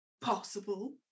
possible